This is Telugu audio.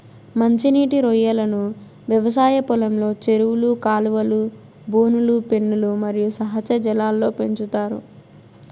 మంచి నీటి రొయ్యలను వ్యవసాయ పొలంలో, చెరువులు, కాలువలు, బోనులు, పెన్నులు మరియు సహజ జలాల్లో పెంచుతారు